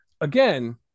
again